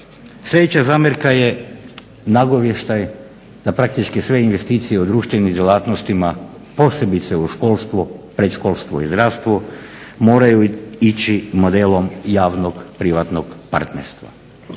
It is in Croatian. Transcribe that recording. Sljedeća zamjerka je nagovještaj da praktički sve investicije u društvenim djelatnostima posebice u školstvo, predškolstvo i zdravstvo moraju ići modelom javnog privatnog partnerstva.